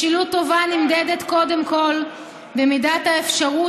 משילות טובה נמדדת קודם כול במידת האפשרות